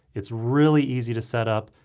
it's really easy to set up.